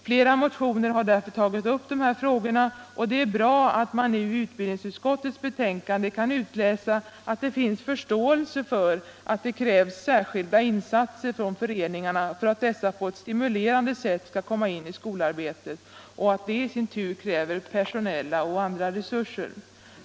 Flera motioner tar därför upp dessa frågor och det är bra att man nu i utbildningsutskottets betänkande kan utläsa att det finns en förståelse för att det krävs särskilda insatser från föreningarna för att dessa på ett stimulerande sätt skall komma in i skolarbetet och att detta i sin tur kräver personella och andra resurser.